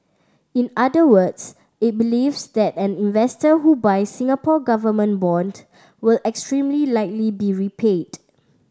in other words it believes that an investor who buys Singapore Government bond will extremely likely be repaid